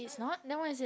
it's not then what is it